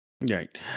right